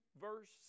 verse